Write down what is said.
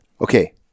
Okay